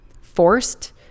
forced